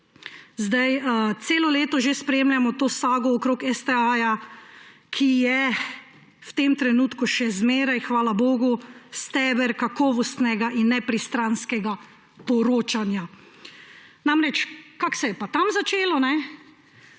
STA. Celo leto že spremljamo to sago okrog STA, ki je v tem trenutku še zmeraj, hvala bogu, steber kakovostnega in nepristranskega poročanja. Kako se je pa tam začelo?